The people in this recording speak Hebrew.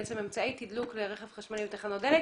בעצם אמצעי תדלוק לרכב חשמלי בתחנות דלק